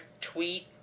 tweet